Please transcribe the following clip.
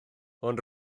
ond